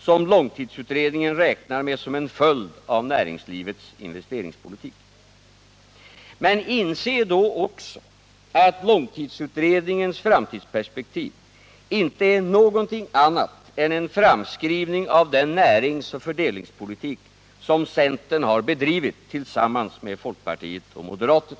som långtidsutredningen räknar med som en följd av näringslivets investeringspolitik. Men inse då också, att långtidsutredningens framtidsperspektiv inte är någonting annat än en framskrivning av den näringsoch fördelningspolitik som centern har bedrivit tillsammans med folkpartiet och moderaterna.